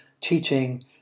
teaching